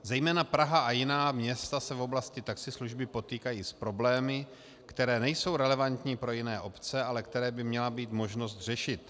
Zejména Praha a jiná města se v oblasti taxislužby potýkají s problémy, které nejsou relevantní pro jiné obce, ale které by měla být možnost řešit.